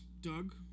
Doug